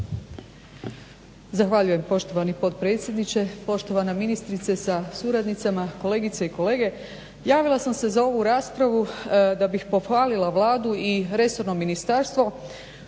Zahvaljujem poštovani potpredsjedniče. Poštovana ministrice sa suradnicama, kolegice i kolege. Javila sam se za ovu raspravu da bih pohvalila Vladu i resorno ministarstvo